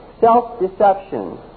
Self-deception